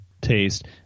taste